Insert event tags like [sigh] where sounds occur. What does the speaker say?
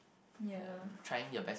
ya [breath]